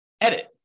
edit